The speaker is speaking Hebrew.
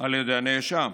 על ידי הנאשם?